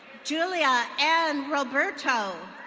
julia n roberto.